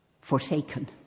forsaken